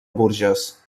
bourges